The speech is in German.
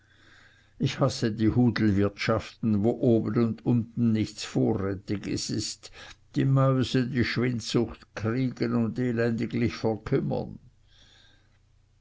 ich hasse die hudelwirtschaften wo oben und unten nichts vorrätiges ist die mäuse die schwindsucht kriegen und elendiglich verkümmern